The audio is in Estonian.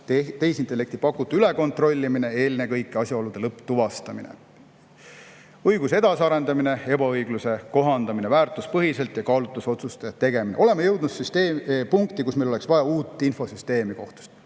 tehisintellekti pakutu ülekontrollimine, eelkõige asjaolude lõpptuvastamine, õiguse edasiarendamine, ebaõigluse [määratlemine] väärtuspõhiselt ja kaalutlusotsuste tegemine. Oleme jõudnud punkti, kus meil on kohtus vaja uut infosüsteemi ja